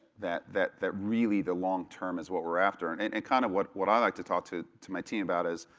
that that really the long term is what we're after. and and and kind of what what i like to talk to, to my team about is,